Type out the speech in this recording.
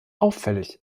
auffällig